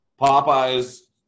Popeye's